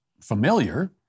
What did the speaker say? familiar